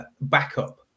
backup